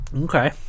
Okay